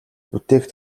бүтээх